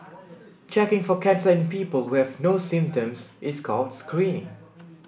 checking for cancer in people who have no symptoms is called screening